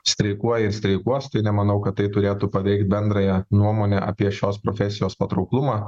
streikuoja ir streikuos tai nemanau kad tai turėtų paveikti bendrąją nuomonę apie šios profesijos patrauklumą